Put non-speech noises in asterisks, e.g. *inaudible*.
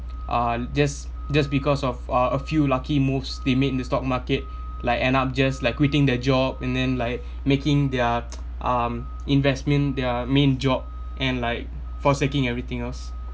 uh just just because of uh a few lucky moves they made in the stock market like end up just like quitting their job and then like making their *noise* um investment their main job and like forsaking everything else